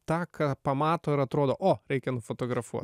tą ką pamato ir atrodo o reikia nufotografuot